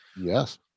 yes